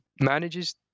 manages